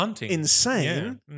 insane